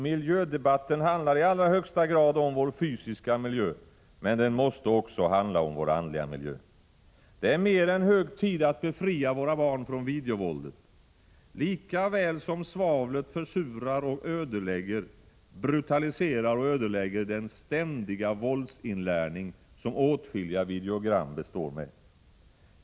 Miljödebatten handlar i allra högsta grad om vår fysiska miljö, men den måste också handla om vår andliga miljö. Det är mer än hög tid att befria våra barn från videovåldet. Lika väl som svavlet försurar och ödelägger, brutaliserar och ödelägger den ständiga våldsinlärning som åtskilliga videogram består med.